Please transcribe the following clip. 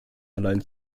allein